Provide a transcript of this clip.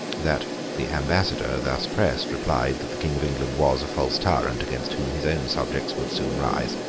that the ambassador, thus pressed, replied that the king of england was a false tyrant, against whom his own subjects would soon rise.